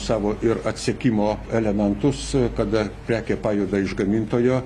savo ir atsekimo elementus kada prekė pajuda iš gamintojo